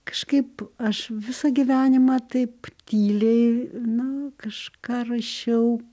kažkaip aš visą gyvenimą taip tyliai na kažką rašiau